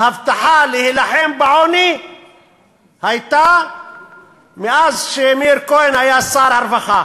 ההבטחה להילחם בעוני הייתה מאז היה מאיר כהן שר הרווחה